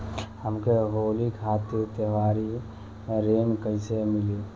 हमके होली खातिर त्योहारी ऋण कइसे मीली?